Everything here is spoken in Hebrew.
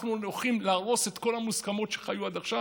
הולכים להרוס את כל המוסכמות שהיו עד עכשיו?